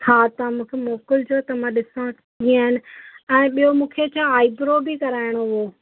हा तव्हां मूंखे मोकिलिजो त मां ॾिसा कीअं आहिनि ऐं ॿियो मूंखे छा आइब्रो बि कराइणो हो